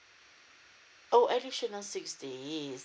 oh additional six days